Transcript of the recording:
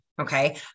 Okay